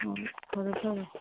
ꯍꯣꯏ ꯐꯔꯦ ꯐꯔꯦ